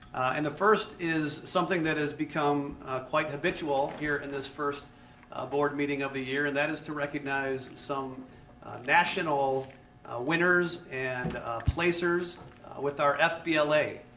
and the first is something that has become quite habitual here in this first board meeting of the year, and that is to recognize some national winners and placers with our fbla,